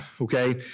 okay